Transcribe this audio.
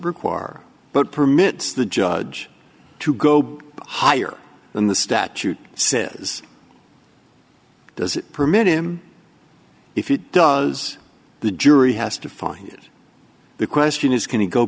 require but permits the judge to go higher than the statute says does permit him if it does the jury has to find the question is can you go